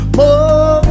more